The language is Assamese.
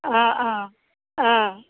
অ অ অ